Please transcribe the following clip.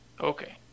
Okay